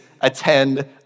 attend